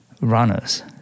runners